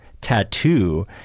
tattoo